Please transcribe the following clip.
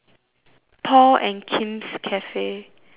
Paul and Kim's cafe